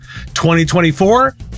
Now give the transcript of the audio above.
2024